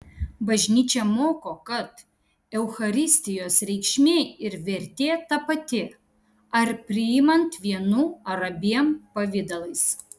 bažnyčia moko kad eucharistijos reikšmė ir vertė ta pati ar priimant vienu ar abiem pavidalais